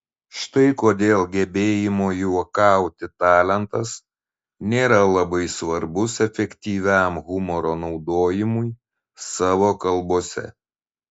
štai kodėl gebėjimo juokauti talentas nėra labai svarbus efektyviam humoro naudojimui savo kalbose